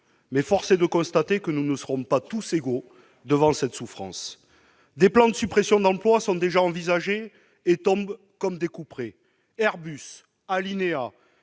Mais force est de constater que nous ne serons pas tous égaux devant cette souffrance. Des plans de suppressions d'emplois sont déjà envisagés et tombent comme des couperets : Airbus, Alinéa,